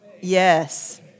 Yes